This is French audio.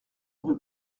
rue